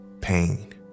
pain